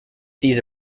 these